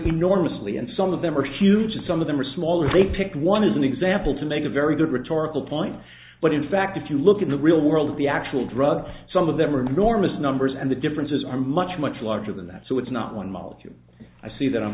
vary enormously and some of them are huge and some of them are smaller they pick one is an example to make a very good rhetorical point but in fact if you look at the real world of the actual drugs some of them are enormous numbers and the differences are much much larger than that so it's not one molecule i see that i'm